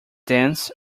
dance